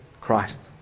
Christ